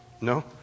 No